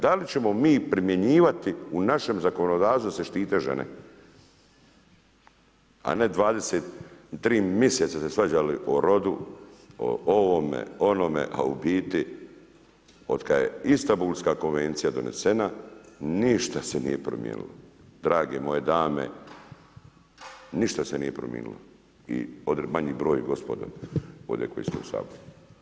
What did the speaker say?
Da li ćemo mi primjenjivati u našem zakonodavstvu da se štite žene, a ne 23 mjeseca se svađali o rodu o ovome o onome, a u biti od kada je Istanbulska konvencija donesena ništa se nije promijenilo drage moje dame, ništa se nije promijenilo i ovdje manji broj gospode ovdje koji ste u Saboru.